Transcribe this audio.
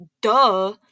duh